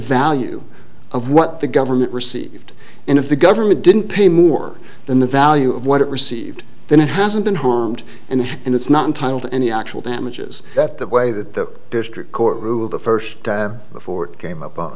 value of what the government received and if the government didn't pay more than the value of what it received then it hasn't been harmed and it's not entitled to any actual damages that the way that the district court ruled it first before it came up